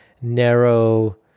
narrow